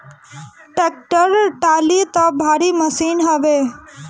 tractor trolley तअ भारी machine हवे